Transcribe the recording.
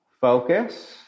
focus